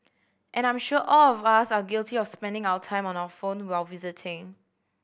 and I'm sure all of us are guilty of spending our time on our phone while visiting